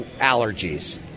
allergies